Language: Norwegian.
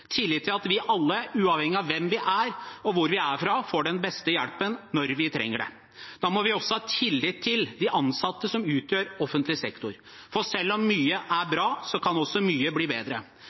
tillit til at vi alle, uavhengig av hvem vi er, og hvor vi er fra, får den beste hjelpen når vi trenger det. Da må vi også ha tillit til de ansatte som utgjør offentlig sektor, for selv om mye er bra, kan også mye bli bedre.